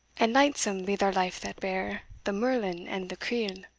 and lightsome be their life that bear the merlin and the creel!